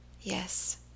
Yes